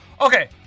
Okay